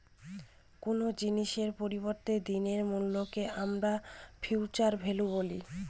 কোনো জিনিসের পরবর্তী দিনের মূল্যকে আমরা ফিউচার ভ্যালু বলি